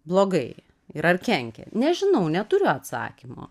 blogai ir ar kenkia nežinau neturiu atsakymo